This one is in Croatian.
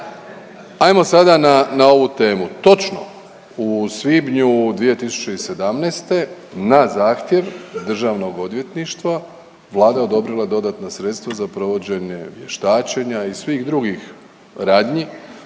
Ajmo sada na, na ovu temu. Točno, u svibnju 2017. na zahtjev Državnog odvjetništva Vlada je odobrila dodatna sredstva za provođenje vještačenja i svih drugih radnji